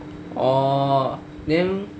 oh then